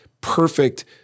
perfect